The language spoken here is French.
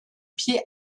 pied